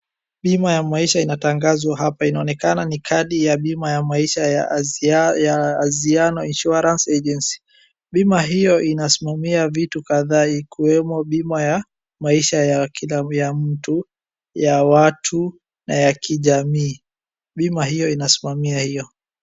Bima ya maisha inatangazwa hapa. Inonekana ni kadi ya bima ya maisha ya Anziano Insurance Agency. Bima hiyo inasimamia vitu kadhaa, ikiwemo bima ya maisha ya kila mtu, ya watu na ya kijamii. Bima hiyo inasimamia hiyo.